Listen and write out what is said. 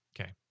Okay